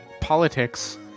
politics